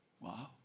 Wow